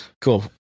Cool